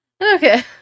Okay